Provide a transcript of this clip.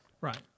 Right